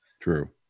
True